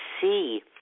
see